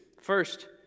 First